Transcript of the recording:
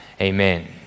amen